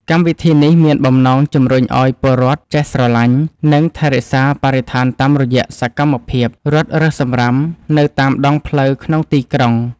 កម្មវិធីនេះមានបំណងជំរុញឱ្យពលរដ្ឋចេះស្រឡាញ់ និងថែរក្សាបរិស្ថានតាមរយៈសកម្មភាពរត់រើសសំរាមនៅតាមដងផ្លូវក្នុងទីក្រុង។